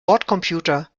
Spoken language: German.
bordcomputer